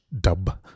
dub